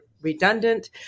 redundant